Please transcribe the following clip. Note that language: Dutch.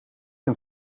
een